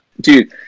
dude